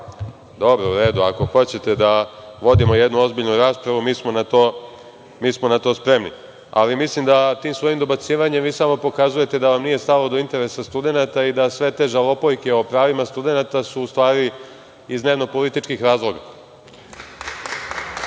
dobacujete, ali ako hoćete da vodimo jednu ozbiljnu raspravu, mi smo na to spremni. Mislim da tim svojim dobacivanjem vi samo pokazujete da vam nije stalo do interesa studenata i da sve te žalopojke o pravima studenata su u stvari iz dnevno-političkih razloga. Još